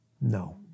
No